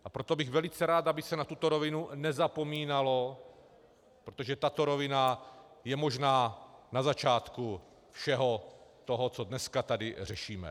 A proto bych velice rád, aby se na tuto rovinu nezapomínalo, protože tato rovina je možná na začátku všeho toho, co dneska tady řešíme.